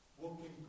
Walking